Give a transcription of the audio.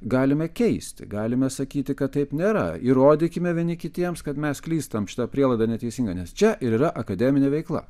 galime keisti galime sakyti kad taip nėra įrodykime vieni kitiems kad mes klystam šita prielaida neteisinga nes čia ir yra akademinė veikla